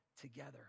together